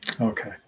Okay